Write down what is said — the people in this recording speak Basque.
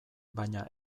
baina